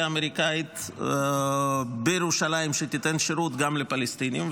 אמריקאית בירושלים שתיתן שירות גם לפלסטינים,